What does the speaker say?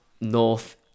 north